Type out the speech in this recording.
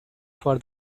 for